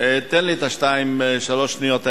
תן לי את השתיים-שלוש שניות האלה.